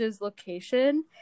location